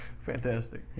Fantastic